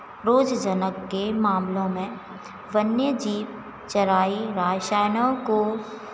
रोज जनक के मामलों में वन्य जीव चराई रसायनों को